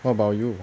what about you